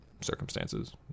circumstances